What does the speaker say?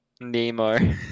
Nemo